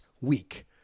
week